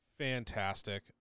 Fantastic